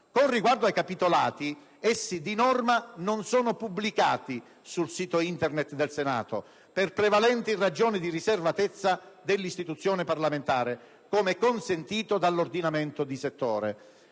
Con riguardo ai capitolati, essi di norma non sono pubblicati sul sito Internet del Senato per prevalenti ragioni di riservatezza dell'istituzione parlamentare, come consentito dall'ordinamento di settore.